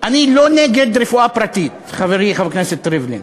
אני לא נגד רפואה פרטית, חברי חבר הכנסת ריבלין.